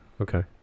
Okay